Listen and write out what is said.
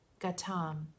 Gatam